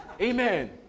amen